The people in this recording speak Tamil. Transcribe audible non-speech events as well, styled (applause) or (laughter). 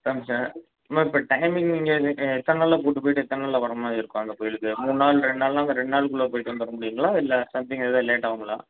(unintelligible) இப்போ டைமிங் நீங்கள் எத்தனை நாளில் கூப்பிட்டு போய்ட்டு எத்தன நாளில் வர்ற மாதிரி இருக்கும் அந்த கோவிலுக்கு மூணு நாள் ரெண்டு நாள்னா அந்த ரெண்டு நாளுக்குள்ளே போய்ட்டு வந்துட முடியுங்களா இல்லை சம்திங் ஏதும் லேட் ஆகுங்களா